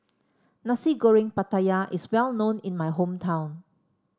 Nasi Goreng Pattaya is well known in my hometown